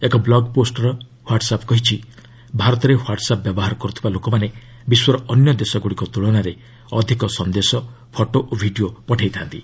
ଏକ blog post WhatsApp କହିଛି ଭାରତରେ ହ୍ୱାଟ୍ସାପ୍ ବ୍ୟବହାର କରୁଥିବା ଲୋକମାନେ ବିଶ୍ୱର ଅନ୍ୟ ଦେଶଗୁଡ଼ିକ ତ୍କଳନାରେ ଅଧିକ ସନ୍ଦେଶ ଫଟୋ ଓ ଭିଡ଼ିଓ ପଠାଇଥା'ନ୍ତି